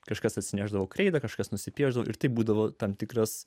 kažkas atsinešdavo kreida kažkas nusipiešdavo ir tai būdavo tam tikras